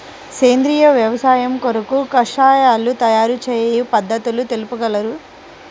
సేంద్రియ వ్యవసాయము కొరకు కషాయాల తయారు చేయు పద్ధతులు తెలుపగలరు?